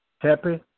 happy